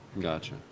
Gotcha